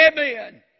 Amen